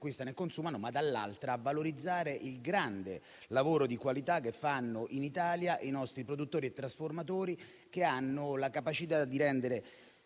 acquistano e consumano e - dall'altra - a valorizzare il grande lavoro di qualità che fanno in Italia i nostri produttori e trasformatori, che hanno la capacità di rendere